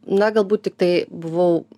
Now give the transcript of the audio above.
na galbūt tiktai buvau